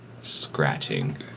scratching